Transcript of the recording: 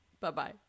Bye-bye